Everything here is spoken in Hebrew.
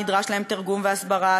נדרשו להם תרגום והסברה,